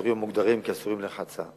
באזורים המוגדרים כאסורים לרחצה.